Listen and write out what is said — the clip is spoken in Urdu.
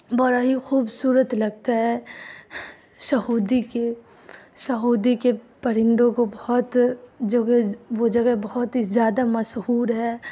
بڑا ہی خوبصورت لگتا ہے سعودی کے سعودی کے پرندوں کو بہت جو کہ وہ جگہ بہت ہی زیادہ مشہور ہے